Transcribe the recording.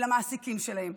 ולמעסיקים שלהם,